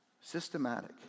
systematic